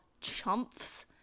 chumps